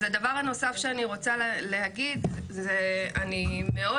אז הדבר הנוסף שאני רוצה להגיד הוא שאני מאוד